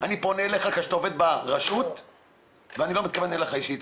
אני פונה אליך כשאתה עובד ברשות ואני לא מתכוון אליך אישית,